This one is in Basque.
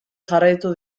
jarraitu